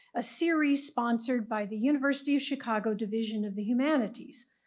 a series sponsored by the university of chicago division of the humanities.